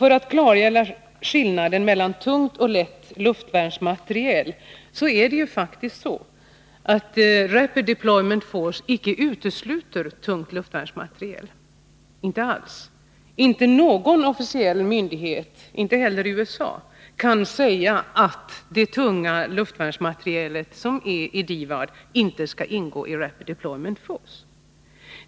För att klargöra skillnaden mellan tung och lätt luftvärnsmateriel vill jag säga att det faktiskt är så att Rapid Deployment Force icke utesluter tung luftvärnsmateriel — inte alls! Inte någon officiell myndighet, inte heller i USA, kan säga att den tunga luftvärnsmaterielen i DIVAD inte skall ingå i Rapid Deployment Force.